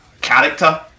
character